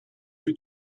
que